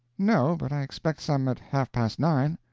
no, but i expect some at half past nine.